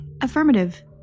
Affirmative